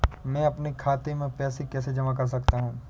मैं अपने खाते में पैसे कैसे जमा कर सकता हूँ?